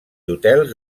hotels